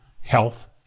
health